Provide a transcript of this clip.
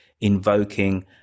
invoking